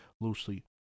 loosely